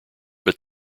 but